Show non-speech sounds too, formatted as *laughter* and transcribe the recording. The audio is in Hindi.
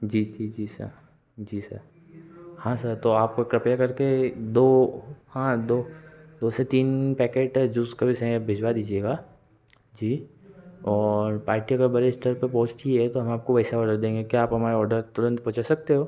जी जी जी सर जी सर हाँ सर तो आप कृपया करके दो हाँ दो दो से तीन पैकेट जूस का भी भिजवा दीजिएगा जी और पार्टियों का बड़े स्तर *unintelligible* तो हम आपको ऐसा और्डर देंगे क्या आप हमारा और्डर तुरंत पहुँचा सकते हो